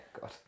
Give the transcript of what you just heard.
God